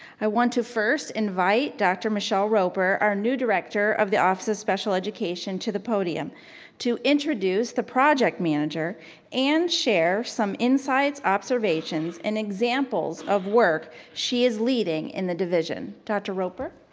i want to first invite dr. michelle roper, our new director of the office of special education to the podium to introduce the project manager and share some insights, observations, and examples of work she is leading in the division. dr. roper?